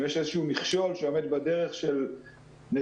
אם יש מכשול שעומד בדרך של נתונים,